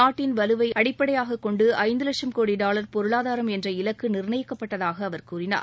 நாட்டின் வலுவை அடிப்படையாக கொண்டு ஐந்து லட்சம் கோடி டாலர் பொருளாதாரம் என்ற இலக்கு நிர்ணயிக்கப்பட்டதாக அவர் கூறினார்